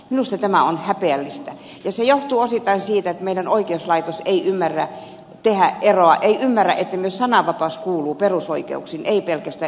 minusta tämä on häpeällistä ja se johtuu osittain siitä että meidän oikeuslaitoksemme ei ymmärrä että myös sananvapaus kuuluu perusoikeuksiin ei pelkästään yksityisyydensuoja